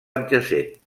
adjacent